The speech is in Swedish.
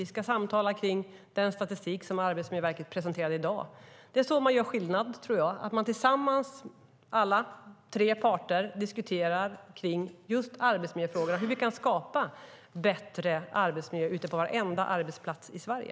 Vi ska samtala om den statistik som Arbetsmiljöverket presenterar i dag. Det är så man gör skillnad. Alla tre parter ska tillsammans diskutera hur en bättre arbetsmiljö kan skapas på varenda arbetsplats i Sverige.